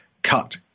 cut